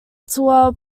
tour